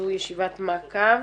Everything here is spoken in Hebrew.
זו ישיבת מעקב.